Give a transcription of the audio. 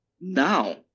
now